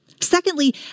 Secondly